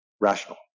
rational